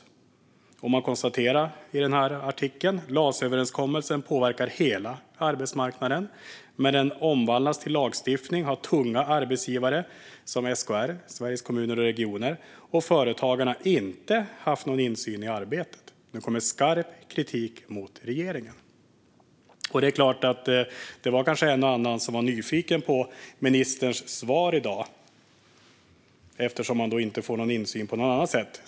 I artikeln konstateras: "Las-överenskommelsen påverkar hela arbetsmarknaden. Men när den ska omvandlas till lagstiftning har tunga arbetsgivare som SKR och Företagarna inte haft insyn i arbetet. Nu kommer skarp kritik mot regeringen." Det var kanske en och annan som var nyfiken på ministerns svar i dag eftersom man inte får någon insyn på något annat sätt.